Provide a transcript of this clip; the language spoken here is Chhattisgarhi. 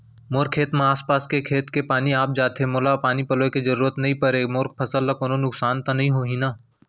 मोर खेत म आसपास के खेत के पानी आप जाथे, मोला पानी पलोय के जरूरत नई परे, मोर फसल ल कोनो नुकसान त नई होही न?